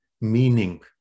meaning